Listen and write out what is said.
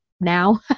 now